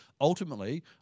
ultimately